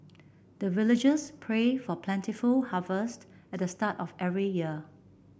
the villagers pray for plentiful harvest at the start of every year